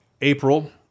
April